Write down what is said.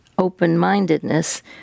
open-mindedness